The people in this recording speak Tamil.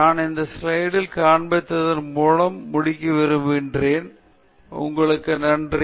எனவே நான் இந்த ஸ்லைடில் காண்பிப்பதன் மூலம் முடிக்க விரும்புகிறேன் உங்களுக்கு நன்றி